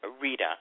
Rita